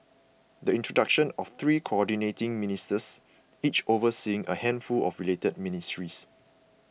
the introduction of three Coordinating Ministers each overseeing a handful of related ministries